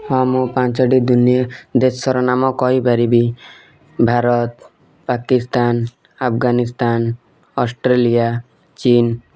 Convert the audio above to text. ହଁ ମୁଁ ପାଞ୍ଚଟି ଦୁନିଆ ଦେଶର ନାମ କହିପାରିବି ଭାରତ ପାକିସ୍ତାନ ଆଫଗାନିସ୍ତାନ ଅଷ୍ଟ୍ରେଲିଆ ଚୀନ